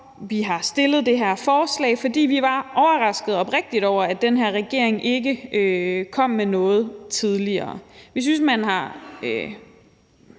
vi har fremsat det her forslag, altså fordi vi var oprigtigt overraskede over, at den her regering ikke kom med noget tidligere. Vi synes, at man har